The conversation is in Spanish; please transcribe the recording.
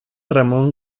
ramón